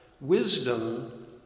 wisdom